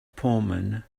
pullman